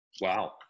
Wow